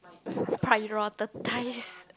prioritise